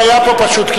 לא היה פה פשוט.